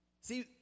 See